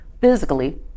physically